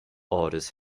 orders